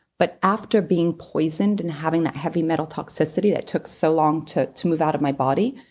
but after being poisoned and having that heavy metal toxicity that took so long to to move out of my body,